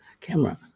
camera